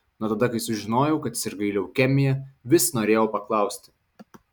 nuo tada kai sužinojau kad sirgai leukemija vis norėjau paklausti